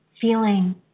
feeling